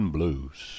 Blues